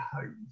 home